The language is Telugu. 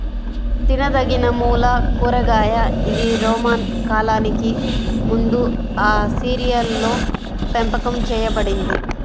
తినదగినమూల కూరగాయ ఇది రోమన్ కాలానికి ముందుఆసియాలోపెంపకం చేయబడింది